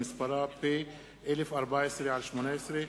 שמספרה פ/1014/18.